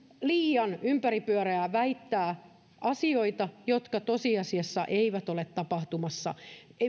liian ympäripyöreää väittää asioita jotka tosiasiassa eivät ole tapahtumassa